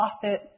prophet